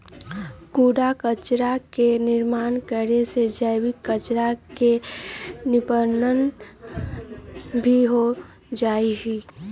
कूड़ा कचरा के निर्माण करे से जैविक कचरा के निष्पन्न भी हो जाहई